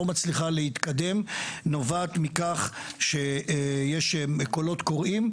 מצליחים להתקדם נובע מכך שיש קולות קוראים.